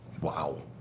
Wow